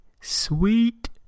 sweet